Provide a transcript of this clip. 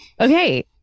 okay